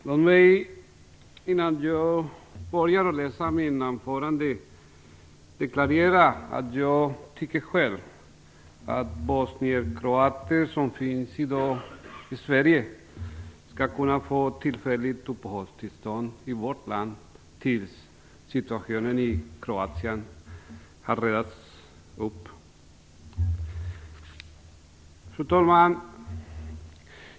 Fru talman! Låt mig innan jag börjar med mitt anförande deklarera att jag själv tycker att de bosnienkroater som i dag finns i Sverige skall kunna få tillfälligt uppehållstillstånd i vårt land tills situationen i Kroatien har retts ut.